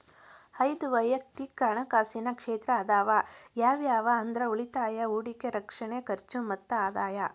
ಐದ್ ವಯಕ್ತಿಕ್ ಹಣಕಾಸಿನ ಕ್ಷೇತ್ರ ಅದಾವ ಯಾವ್ಯಾವ ಅಂದ್ರ ಉಳಿತಾಯ ಹೂಡಿಕೆ ರಕ್ಷಣೆ ಖರ್ಚು ಮತ್ತ ಆದಾಯ